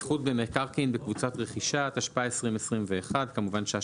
זכות במקרקעין בקבוצת רכישה), התשפ"א 2021 תיקון